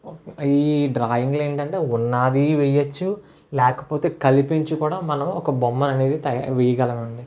ఈ డ్రాయింగ్ లో ఏంటంటే ఉన్నదీ వేయవచ్చు లేకపోతే కల్పించి కూడా మనం ఒక బొమ్మని అనేది త వేయగలం అండి